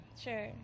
Sure